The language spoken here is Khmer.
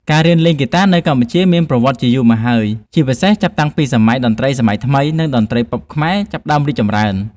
ការរៀនលេងហ្គីតានៅកម្ពុជាមានប្រវត្តិជាយូរមកហើយ ជាពិសេសចាប់តាំងពីសម័យតន្ត្រីសម័យថ្មី និងតន្ត្រីប៉ុបខ្មែរចាប់ផ្តើមរីកចម្រើន។